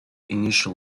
initial